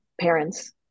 parents